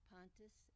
Pontus